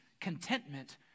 contentment